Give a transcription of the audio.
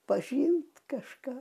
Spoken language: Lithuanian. pažint kažką